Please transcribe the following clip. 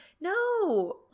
no